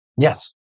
Yes